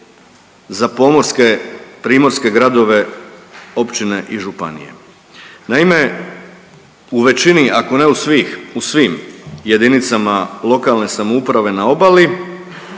za pomorske primorske gradove, općine i županije. Naime, u većini ako ne u svih, u svim jedinicama lokalne samouprave na obali